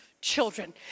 children